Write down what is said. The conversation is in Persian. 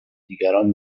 دیگران